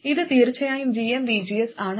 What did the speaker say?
ഇത് തീർച്ചയായും gmvgs ആണ്